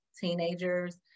teenagers